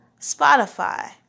Spotify